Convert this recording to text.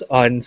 on